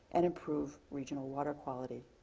and improve regional water quality.